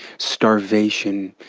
starvation,